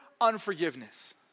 unforgiveness